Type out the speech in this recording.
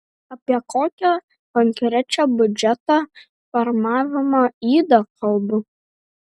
apie kokią konkrečią biudžeto formavimo ydą kalbu